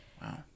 Wow